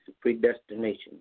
predestination